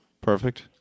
Perfect